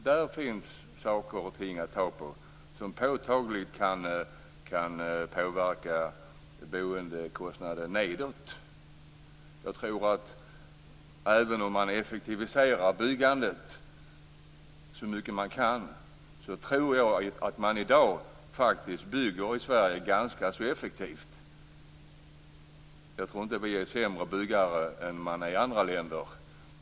Där finns saker och ting att ta på som påtagligt kan påverka boendekostnader nedåt. Man talar om att effektivisera byggandet så mycket det går. Jag tror faktiskt att vi i Sverige bygger ganska så effektivt i dag. Jag tror inte att vi är sämre byggare än man är i andra länder.